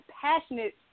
passionate